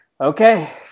okay